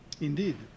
Indeed